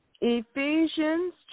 Ephesians